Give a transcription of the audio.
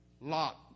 lot